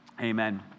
amen